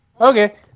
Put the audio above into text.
Okay